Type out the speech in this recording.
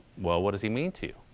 well, what does he mean to you?